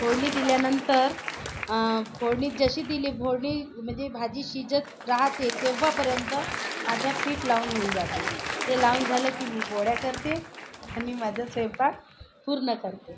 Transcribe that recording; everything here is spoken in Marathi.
फोडणी दिल्यानंतर फोडणी जशी दिली फोडणी म्हणजे भाजी शिजत राहते तेव्हापर्यंत माझं पीठ लावून होऊन जाते ते लावून झालं की मी पोळ्या करते आणि माझा स्वयंपाक पूर्ण करते